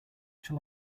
shall